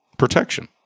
protection